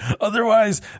Otherwise